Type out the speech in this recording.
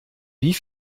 wie